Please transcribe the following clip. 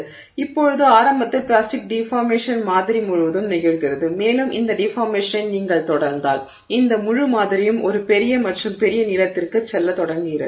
இப்போது ஆரம்பத்தில் plastic deformation மாதிரி முழுவதும் நிகழ்கிறது மேலும் இந்த டிஃபார்மேஷனை நீங்கள் தொடர்ந்தால் இந்த முழு மாதிரியும் ஒரு பெரிய மற்றும் பெரிய நீளத்திற்கு செல்லத் தொடங்குகிறது